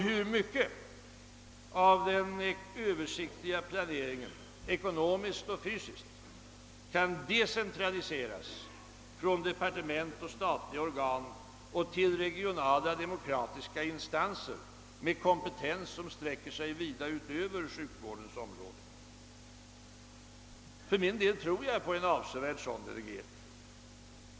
Hur mycket av den översiktliga ekonomiska och fysiska planeringen kan decentraliseras från departement och statliga organ till regionala demokratiska instanser med kompetens som sträcker sig vida utöver sjukvårdens område? För min del tror jag på en avsevärd sådan delegering.